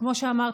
כמו שאמרתי,